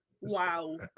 Wow